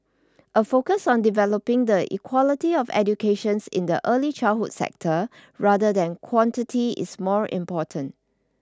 a focus on developing the equality of educations in the early childhood sector rather than quantity is more important